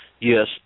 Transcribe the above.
Yes